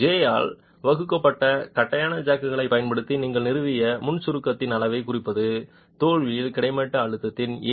ஒரு j ஆல் வகுக்கப்பட்ட தட்டையான ஜாக்குகளைப் பயன்படுத்தி நீங்கள் நிறுவிய முன் சுருக்கத்தின் அளவைக் குறிப்பிடுவது தோல்வியில் கிடைமட்ட அழுத்தம்